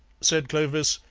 said clovis,